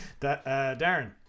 Darren